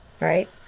right